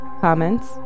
Comments